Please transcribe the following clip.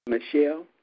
Michelle